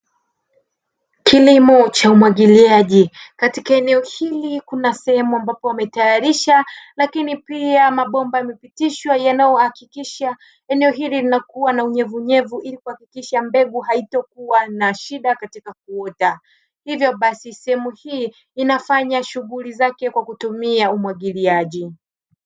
Kilimo cha umwagiliaji katika eneo hili kuna sehemu ambapo wametaarisha lakini pia mabomba yamepitishwa yanayohakikisha eneo hili linakuwa na unyevunyevu ili kuhakikisha mbegu halitokuwa na shida katika kuota, hivyo basi sehemu hii inafanya shughuli zake kwa kutumia umwagiliaji.